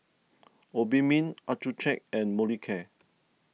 Obimin Accucheck and Molicare